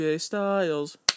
Styles